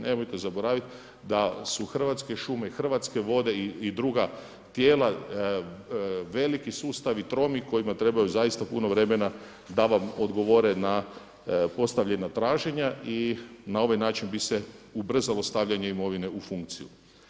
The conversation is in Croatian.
Nemojte zaboraviti da su Hrvatske šume, Hrvatske vode i druga tijela veliki sustavi tromi kojima treba zaista puno vremena da vam odgovore na postavljena traženja i na ovaj način bi se ubrzalo stavljanje imovine u funkciju.